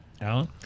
Alan